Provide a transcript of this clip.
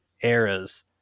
eras